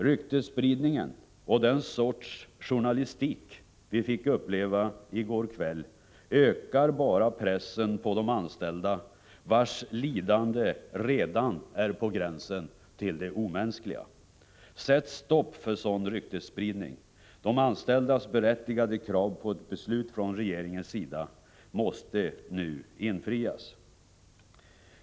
Ryktesspridning och den sorts journalistik vi fick uppleva i går kväll ökar bara pressen på de anställda, vars lidande redan är på gränsen till det omänskliga. Sätt stopp för sådan ryktesspridning! De anställdas berättigade krav på beslut från regeringens sida måste nu infrias.